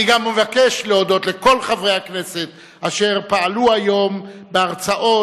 אני גם מבקש להודות לכל חברי הכנסת אשר פעלו היום בהרצאות,